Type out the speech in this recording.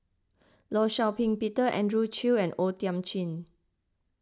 Law Shau Ping Peter Andrew Chew and O Thiam Chin